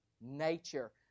nature